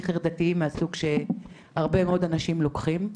חרדתיים מהסוג שהרבה מאוד אנשים לוקחים.